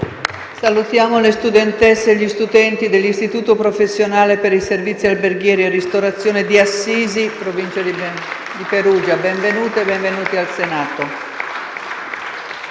Salutiamo le studentesse e gli studenti dell'Istituto professionale per i servizi alberghieri e della ristorazione di Assisi, in provincia di Perugia. Benvenute e benvenuti al Senato.